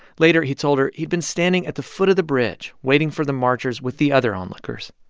later, he told her he'd been standing at the foot of the bridge waiting for the marchers with the other onlookers.